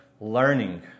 learning